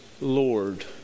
Lord